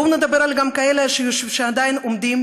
בואו נדבר גם על אלה שעדיין עומדים